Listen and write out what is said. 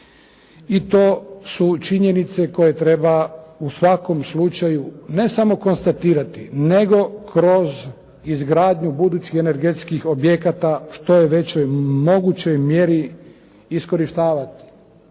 i to su činjenice koje treba u svakom slučaju ne samo konstatirati nego kroz izgradnju budućih energetskih objekata u što je većoj mogućoj mjeri iskorištavati.